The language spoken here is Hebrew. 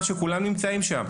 שכולם נמצאים בו: